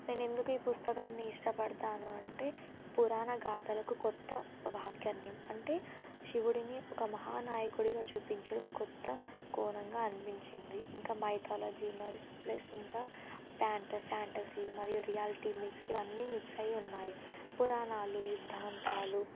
నేనెందుకు ఈ పుస్తకాన్ని ఇష్టపడతాను అంటే పురాణ గాథలకు క్రొత్త వాక్యన్ని ఇవ్వంటే శివుడిని ఒక మహా నాయకుడిగా చూపించడం క్రొత్త కోణంగా అనిపించింది ఇంకా మైతాలజీ మరి ప్లస్ ఇంకా ఫ్యాంట ఫ్యాంటసీ మరియు రియాలిటీ మిక్స్ ఇవన్నీ మిక్స్ అయి ఉన్నాయి పురాణాలు యుద్ధాంతాలు